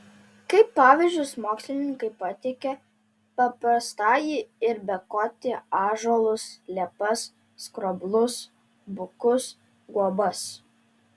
kaip pavyzdžius mokslininkai pateikia paprastąjį ir bekotį ąžuolus liepas skroblus bukus guobas